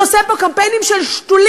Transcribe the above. שעושה פה קמפיינים של "שתולים"